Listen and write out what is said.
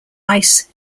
ice